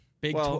Big